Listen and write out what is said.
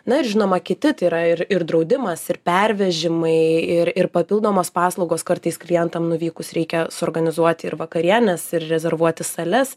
na ir žinoma kiti tai yra ir ir draudimas ir pervežimai ir ir papildomos paslaugos kartais klientam nuvykus reikia suorganizuoti ir vakarienės ir rezervuoti sales